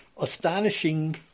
astonishing